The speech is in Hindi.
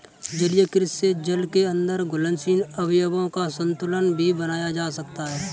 जलीय कृषि से जल के अंदर घुलनशील अवयवों का संतुलन भी बनाया जा सकता है